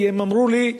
כי הם אמרו לי: